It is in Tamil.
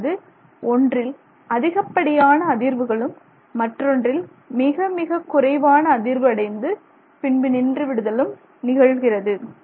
அதாவது ஒன்றில் அதிகப்படியான அதிர்வுகளும் மற்றொன்றில் மிக மிக குறைவான அதிர்வு அடைந்து பின்பு நின்று விடுதலும் நிகழ்கிறது